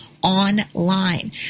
online